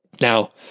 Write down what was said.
Now